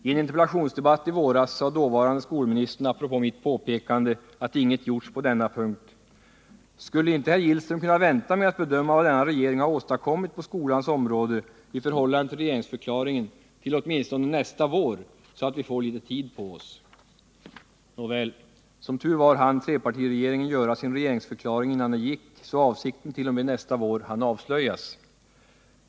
I en interpellationsdebatt i våras sade dåvarande skolministern apropå mitt påpekande att inget gjorts på denna punkt: ”Skulle inte herr Gillström kunna vänta med att bedöma vad denna regering har åstadkommit på skolans område i förhållande till regeringsförklaringen till åtminstone nästa vår, så att vi får litet tid på oss.” Nåväl, som tur var hann trepartiregeringen göra sin regeringsförklaring innan den gick, så avsikten t.o.m. nästa vår hann avslöjas.